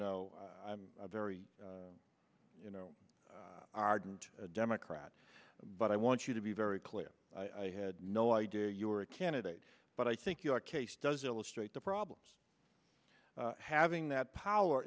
know i'm a very you know ardent democrat but i want you to be very clear i had no idea you were a candidate but i think your case does illustrate the problems having that power